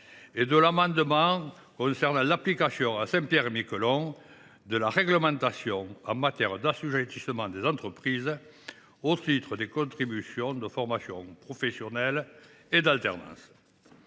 !… ainsi que de l’application à Saint Pierre et Miquelon de la réglementation en matière d’assujettissement des entreprises au titre des contributions de formation professionnelle et d’alternance.